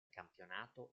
campionato